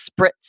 Spritz